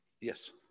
Yes